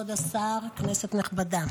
כבוד השר, כנסת נכבדה,